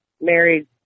married